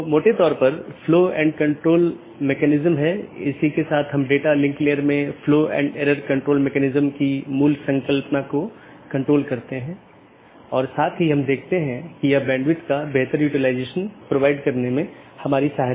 आज हमने जो चर्चा की है वह BGP रूटिंग प्रोटोकॉल की अलग अलग विशेषता यह कैसे परिभाषित किया जा सकता है कि कैसे पथ परिभाषित किया जाता है इत्यादि